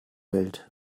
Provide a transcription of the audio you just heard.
welt